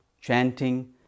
chanting